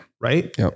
Right